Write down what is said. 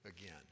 again